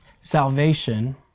Salvation